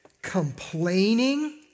complaining